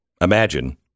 imagine